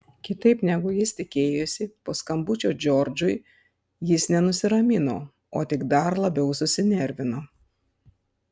kitaip negu jis tikėjosi po skambučio džordžui jis ne nusiramino o tik dar labiau susinervino